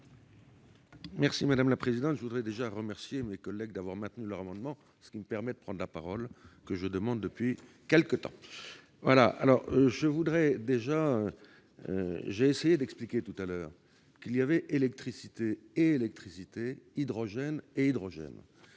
Sido, pour explication de vote. Je remercie mes collègues d'avoir maintenu leurs amendements, ce qui me permet de prendre la parole, que je demande depuis quelque temps ! J'ai essayé d'expliquer qu'il y avait électricité et électricité, hydrogène et hydrogène.